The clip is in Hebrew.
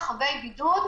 איה הוסיפה עוד דבר,